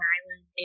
Island